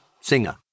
singer